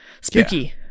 Spooky